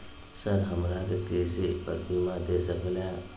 Sir हमरा के कृषि पर बीमा दे सके ला?